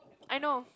I know